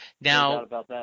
Now